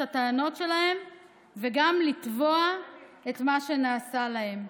הטענות שלהם וגם לתבוע את מה שנעשה להם.